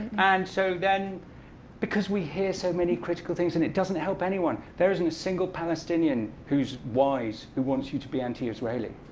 and so then because we hear so many critical things, and it doesn't help anyone. there isn't a single palestinian, who is wise, who wants you to be anti-israelic.